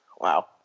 Wow